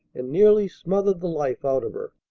and nearly smothered the life out of her.